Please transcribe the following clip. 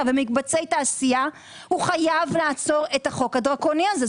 ומקבצי תעשייה הוא חייב לעצור את החוק הדרקוני הזה.